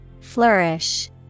Flourish